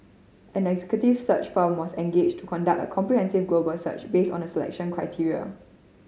an executive search firm was engaged to conduct a comprehensive global search based on the selection criteria